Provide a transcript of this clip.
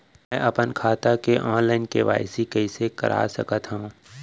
मैं अपन खाता के ऑनलाइन के.वाई.सी कइसे करा सकत हव?